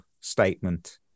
statement